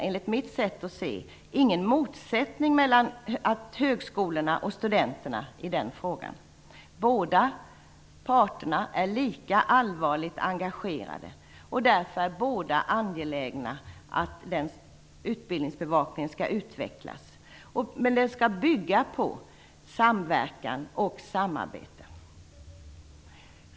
Enligt mitt sätt att se finns det ingen motsättning mellan högskolorna och studenterna i den frågan. Båda parter är lika allvarligt engagerade. Därför är båda angelägna om att utbildningsbevakningen skall utvecklas. Den skall dock bygga på samverkan och samarbete.